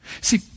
See